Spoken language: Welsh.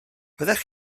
fyddech